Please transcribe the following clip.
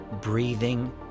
breathing